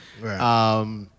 Right